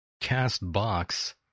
CastBox